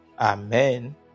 Amen